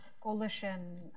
coalition